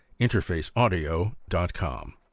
Interfaceaudio.com